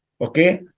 okay